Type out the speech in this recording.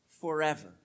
forever